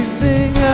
sing